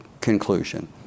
conclusion